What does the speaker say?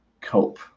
cope